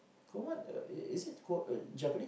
Kumon is it Japanese